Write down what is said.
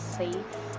safe